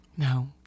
No